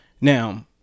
Now